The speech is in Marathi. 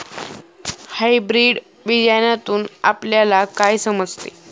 हायब्रीड बियाण्यातून आपल्याला काय समजते?